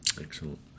Excellent